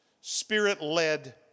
spirit-led